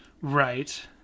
Right